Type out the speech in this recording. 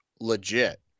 legit